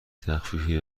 تخفیفی